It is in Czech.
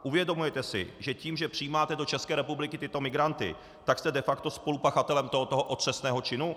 Uvědomujete si, že tím, že přijímáte do České republiky tyto migranty, tak jste de facto spolupachatelem tohoto otřesného činu?